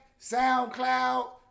SoundCloud